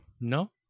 no